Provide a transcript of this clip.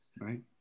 right